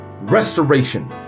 Restoration